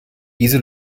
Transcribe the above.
diese